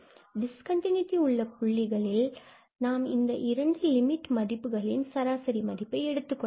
discontinuity உள்ள பகுதிகளில் நாம் இந்த இரண்டு லிமிட் மதிப்புகளின் சராசரி மதிப்பை எடுத்துக்கொள்ளலாம்